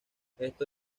esto